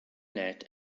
net